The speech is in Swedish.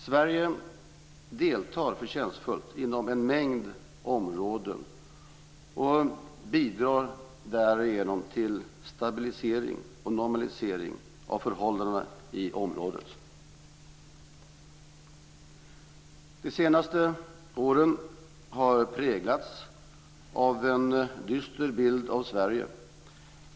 Sverige deltar förtjänstfullt inom en mängd områden och bidrar därigenom till stabilisering och normalisering av förhållandena i området. De senaste åren har präglats av en dyster bild av Sverige.